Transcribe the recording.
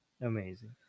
amazing